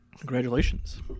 Congratulations